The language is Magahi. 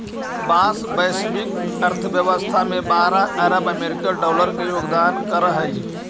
बाँस वैश्विक अर्थव्यवस्था में बारह अरब अमेरिकी डॉलर के योगदान करऽ हइ